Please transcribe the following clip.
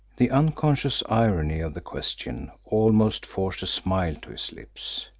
the unconscious irony of the question almost forced a smile to his lips.